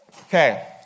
Okay